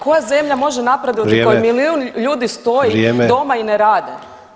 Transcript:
Koja zemlja može napredovati [[Upadica Sanader: Vrijeme.]] koji milijun ljudi stoji doma i ne rade?